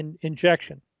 injection